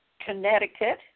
Connecticut